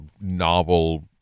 novel